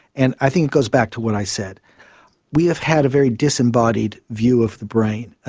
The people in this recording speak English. and i think it goes back to what i said we have had a very disembodied view of the brain,